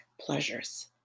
pleasures